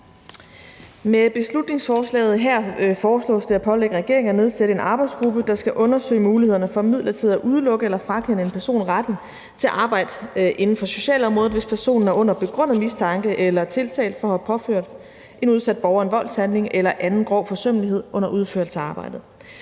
Med beslutningsforslaget her foreslås det at pålægge regeringen at nedsætte en arbejdsgruppe, der skal undersøge mulighederne for midlertidigt at udelukke eller frakende en person retten til at arbejde inden for socialområdet, hvis personen er under begrundet mistanke eller tiltalt for at have påført en udsat borger en voldshandling eller anden grov forsømmelighed under udførelse af arbejdet.